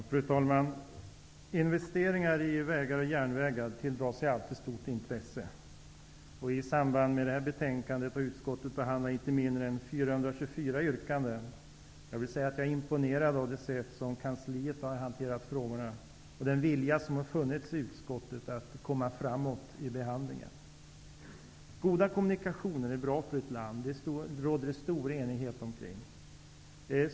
Fru talman! Investeringar i vägar och järnvägar tilldrar sig alltid stort intresse. I samband med utarbetandet av betänkandet har utskottet behandlat inte mindre än 424 yrkanden. Jag är imponerad av det sätt på vilket kansliet har hanterat frågorna och den vilja som har funnits i utskottet att komma framåt i behandlingen. Goda kommunikationer är bra för ett land. Det råder det stor enighet om.